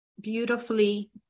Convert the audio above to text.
beautifully